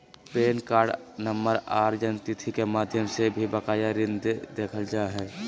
pan card नम्बर आर जन्मतिथि के माध्यम से भी बकाया ऋण देखल जा हय